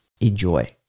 Enjoy